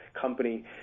company